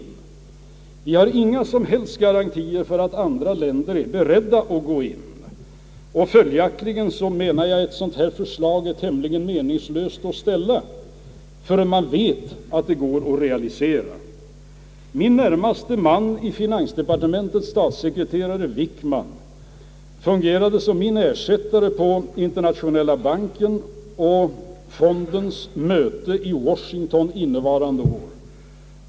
Vi har inga som helst garantier för att andra länder är beredda att gå in i ett sådant engagemang, och följaktligen menade jag att det är tämligen meningslöst att ställa ett sådant förslag innan man vet att det går att realisera. Min närmaste man i finansdepartementet, statssekreterare Wickman, fungerade som min ersättare på Internationella bankens och fondens möten i Washington innevarande år.